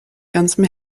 ganzem